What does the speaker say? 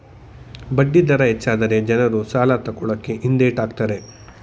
ಬಡ್ಡಿ ದರ ಹೆಚ್ಚಾದರೆ ಜನರು ಸಾಲ ತಕೊಳ್ಳಕೆ ಹಿಂದೆಟ್ ಹಾಕ್ತರೆ